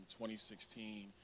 2016